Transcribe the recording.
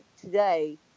today